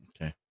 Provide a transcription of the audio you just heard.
Okay